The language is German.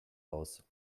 aus